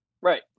Right